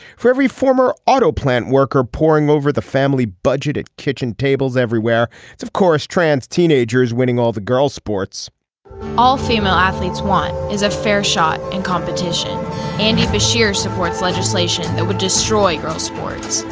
for every former auto plant worker pouring over the family budget at kitchen tables everywhere it's of course trans teenagers winning all the girls sports all female athletes one is a fair shot in competition indeed this year supports legislation that would destroy ah sports.